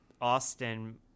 Austin